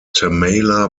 tamala